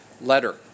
letter